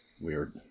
weird